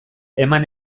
eman